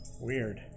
weird